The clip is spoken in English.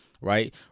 right